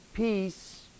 Peace